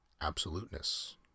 Absoluteness